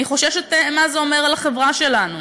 אני חוששת ממה זה אומר על החברה שלנו,